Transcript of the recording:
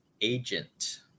Agent